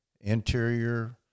interior